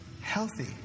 healthy